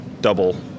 double